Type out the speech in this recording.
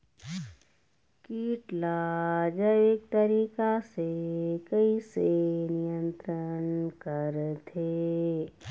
कीट ला जैविक तरीका से कैसे नियंत्रण करथे?